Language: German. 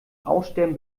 aussterben